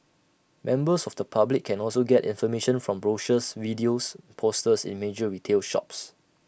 members of the public can also get information from brochures videos and posters in major retail shops